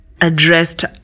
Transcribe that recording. addressed